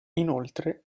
inoltre